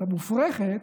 המופרכת,